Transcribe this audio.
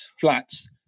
flats